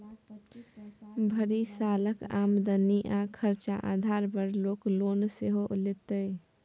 भरि सालक आमदनी आ खरचा आधार पर लोक लोन सेहो लैतै